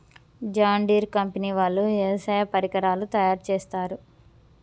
John Deere company వాళ్ళు వ్యవసాయ పరికరాలు తయారుచేస్తారు